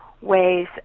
ways